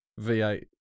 V8